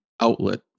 outlet